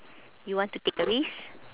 you want to take a risk